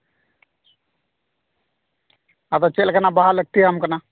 ᱟᱫᱚ ᱪᱮᱫᱞᱮᱠᱟᱱᱟᱜ ᱵᱟᱦᱟ ᱞᱟᱹᱠᱛᱤᱭᱟᱢ ᱠᱟᱱᱟ